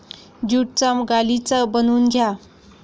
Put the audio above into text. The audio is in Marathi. ज्यूटचा गालिचा बनवून घ्या